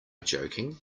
joking